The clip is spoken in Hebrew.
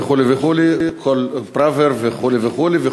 וכו' וכו' כל פראוור וכו' וכו',